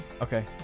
Okay